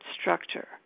structure